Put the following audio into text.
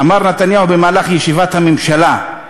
אמר נתניהו במהלך ישיבת הממשלה,